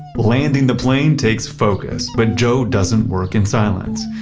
landing the plane takes focus, but joe doesn't work in silence.